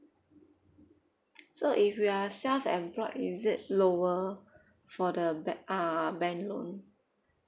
so if we are self employed is it lower for the ba~ uh bank loan